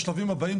בשלבים הבאים,